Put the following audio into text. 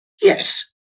Yes